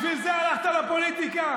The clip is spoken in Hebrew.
בשביל זה הלכת לפוליטיקה?